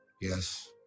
Yes